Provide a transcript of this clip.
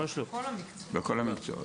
הכול מוסכם.